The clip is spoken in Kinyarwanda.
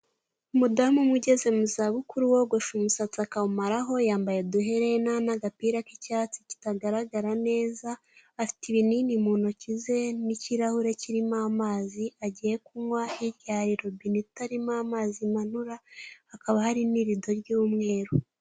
Umudamu umwe ugeze mu za bukuru wogosha umusatsi akawumaraho yambaye uduherena n'agapira k'icyatsi kitagaragara neza, afite ibinini mu ntoki ze n'ikirahure kirimo amazi agiye kunywa, hirya hari rubine itarimo amazi imanura, hakaba hari n'irido ry'umweru.